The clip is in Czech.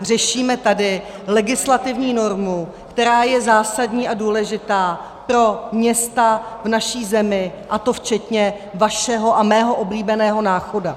Řešíme tady legislativní normu, která je zásadní a důležitá pro města v naší zemi, a to včetně vašeho a mého oblíbeného Náchoda.